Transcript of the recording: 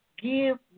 Give